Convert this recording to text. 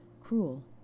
cruel